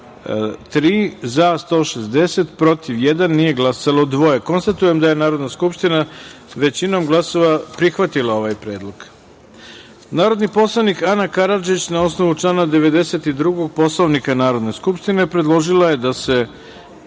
za – 160, protiv – jedan, nije glasalo – dvoje. Konstatujem da je Narodna skupština većinom glasova prihvatila ovaj predlog. Narodni poslanik Ana Karadžić, na osnovu člana 92. Poslovnika Narodne skupštine, predložila je da se